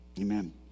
Amen